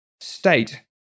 state